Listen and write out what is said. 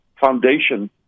foundation